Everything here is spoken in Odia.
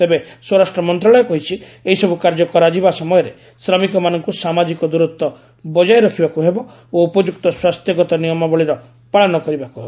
ତେବେ ସ୍ୱରାଷ୍ଟ୍ର ମନ୍ତ୍ରଣାଳୟ କହିଛି ଏହି ସବୁ କାର୍ଯ୍ୟ କରାଯିବା ସମୟରେ ଶ୍ରମିକମାନଙ୍କୁ ସାମାଜିକ ଦୂରତ୍ୱ ବଜାୟ ରଖିବାକୁ ହେବ ଓ ଉପଯୁକ୍ତ ସ୍ୱାସ୍ଥ୍ୟଗତ ନିୟମାବଳୀର ପାଳନ କରିବାକୁ ହେବ